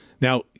Now